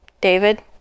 David